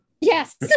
yes